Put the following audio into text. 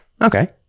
okay